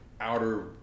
outer